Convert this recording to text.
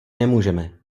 nemůžeme